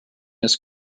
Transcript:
his